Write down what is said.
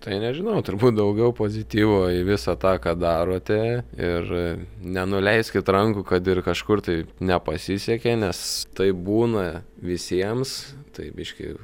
tai nežinau turbūt daugiau pozityvo į visą tą ką darote ir nenuleiskit rankų kad ir kažkur tai nepasisekė nes taip būna visiems tai biškį